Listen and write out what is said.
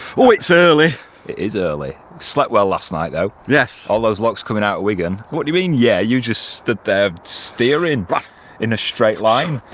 ooooh it's early. it is early slept well last night though. yes. all those locks coming out at wigan, what do you mean yeah? you just stood there steering but in a straight line.